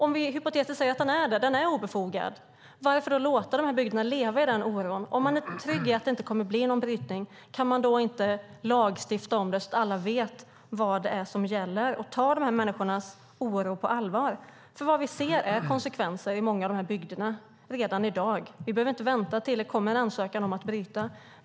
Om vi hypotetiskt säger att den är obefogad, varför då låta de här bygderna leva i den oron? Om man är trygg i att det inte kommer att bli någon brytning, kan man då inte lagstifta om det så att alla vet vad som gäller och de här människornas oro tas på allvar? Vi ser konsekvenser i många av de här bygderna redan i dag. Vi behöver inte vänta tills det kommer en ansökan om att bryta.